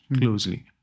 closely